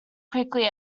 quickly